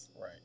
Right